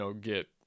get